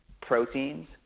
proteins